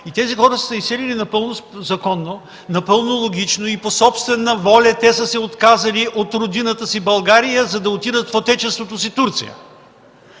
И тези хора са се изселили напълно законно, напълно логично и по собствена воля те са се отказали от Родината си България, за да отидат в Отечеството си Турция.